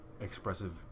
expressive